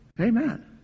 Amen